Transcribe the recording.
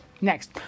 Next